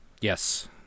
Yes